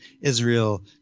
Israel